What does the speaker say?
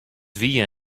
wie